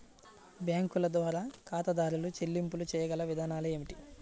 బ్యాంకుల ద్వారా ఖాతాదారు చెల్లింపులు చేయగల విధానాలు ఏమిటి?